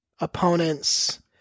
opponents